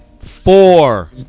Four